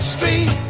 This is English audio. Street